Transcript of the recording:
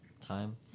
time